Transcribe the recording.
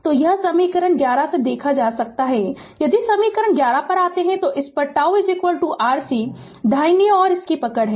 तो यह समीकरण 11 से देखा जा सकता है यदि समीकरण 11 पर आते हैं तो इस पर τ RC दाहिनी ओर इसकी पकड़ है